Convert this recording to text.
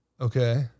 Okay